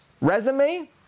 resume